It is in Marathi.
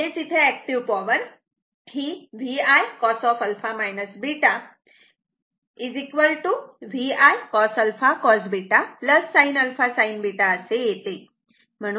म्हणजेच इथे एक्टीव्ह पॉवर ही V I cos α β V I cos α cos β sin α sin β असे येते